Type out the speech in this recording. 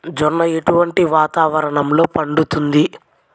జొన్న ఎటువంటి వాతావరణంలో పండుతుంది?